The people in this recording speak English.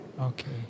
Okay